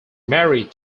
married